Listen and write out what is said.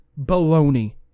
baloney